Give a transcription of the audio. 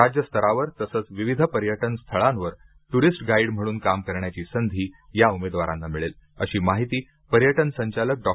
राज्यस्तरावर तसंच विविध पर्यटन स्थळांवर टुरिस्ट गाईड म्हणून काम करण्याची संधी या उमेदवारांना मिळेल अशी माहिती पर्यटन संचालक डॉ